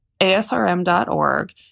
ASRM.org